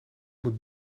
moet